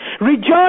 Rejoice